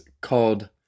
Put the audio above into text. called